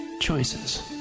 choices